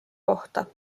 kohta